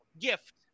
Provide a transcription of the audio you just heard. gift